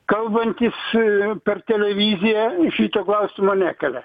kalbantys per televiziją šito klausimo nekelia